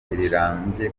rirambye